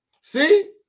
See